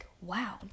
wow